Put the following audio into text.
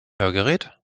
hörgerät